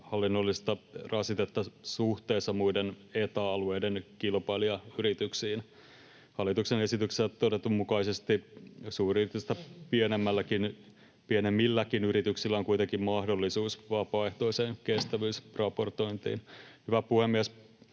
hallinnollista rasitetta suhteessa muiden ETA-alueiden kilpailijayrityksiin. Hallituksen esityksessä todetun mukaisesti suuryritystä pienemmilläkin yrityksillä on kuitenkin mahdollisuus vapaaehtoiseen kestävyysraportointiin. Hyvä puhemies,